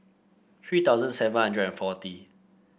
three thousand seven hundred and forty